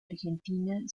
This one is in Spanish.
argentina